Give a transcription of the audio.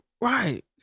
Right